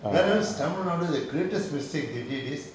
whereas tamil nowadays the greatest mistake they did is